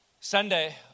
Sunday